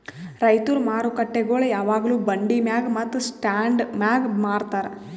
ರೈತುರ್ ಮಾರುಕಟ್ಟೆಗೊಳ್ ಯಾವಾಗ್ಲೂ ಬಂಡಿ ಮ್ಯಾಗ್ ಮತ್ತ ಸ್ಟಾಂಡ್ ಮ್ಯಾಗ್ ಮಾರತಾರ್